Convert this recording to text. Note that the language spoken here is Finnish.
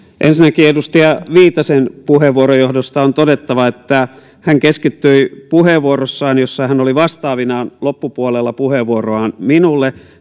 ensinnäkin edustaja viitasen puheenvuoron johdosta on todettava että hän keskittyi puheenvuorossaan jossa hän oli vastaavinaan loppupuolella puheenvuoroaan minulle